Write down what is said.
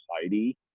society